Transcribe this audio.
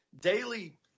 daily